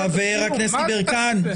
חבר הכנסת יברקן,